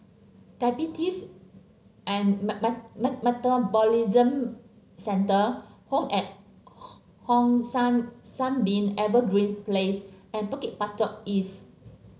diabetes and Metabolism Centre home at Hong San Sunbeam Evergreen Place and Bukit Batok East